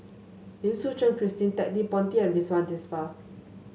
Lim Suchen Christine Ted De Ponti and Ridzwan Dzafir